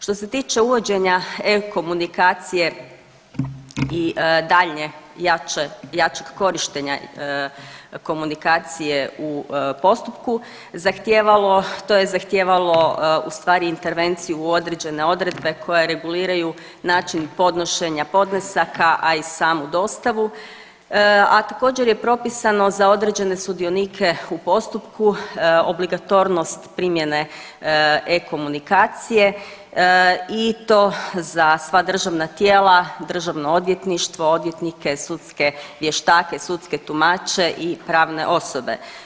Što se tiče uvođenja e-Komunikacije i daljnje jačeg korištenja komunikacije u postupku, zahtijevalo to je zahtijevalo ustvari intervenciju u određene odredbe koje reguliraju način podnošenja podnesaka, a i samu dostavu, a također je propisano za određene sudionike u postupku obligatornost primjene e-Komunikacije i to za sva državna tijela, državno odvjetništvo, odvjetnike, sudske vještake, sudske tumače i pravne osobe.